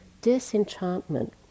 Disenchantment